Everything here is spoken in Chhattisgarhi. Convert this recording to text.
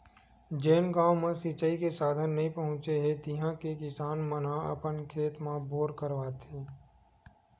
जेन गाँव म सिचई के साधन नइ पहुचे हे तिहा के किसान मन ह अपन खेत म बोर करवाथे